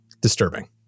disturbing